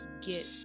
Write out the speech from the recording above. get